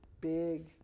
big